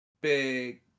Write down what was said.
big